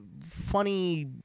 funny